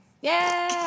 Yay